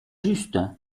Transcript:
juste